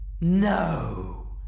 No